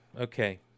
okay